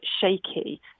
shaky